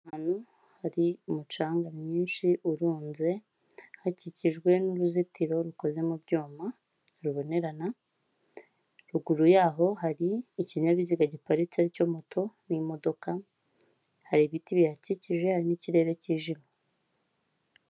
Ahantu hari umucanga mwinshi urunze, hakikijwe n'uruzitiro rukoze mu byuma rubonerana, ruguru yaho hari ikinyabiziga giparitse aricyo moto n'imodoka hari ibiti bihakikije n'ikirere kijimye.